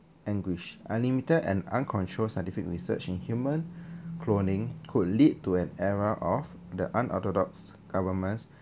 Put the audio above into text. anguished unlimited and uncontrolled scientific research in human cloning could lead to an era of the unorthodox governments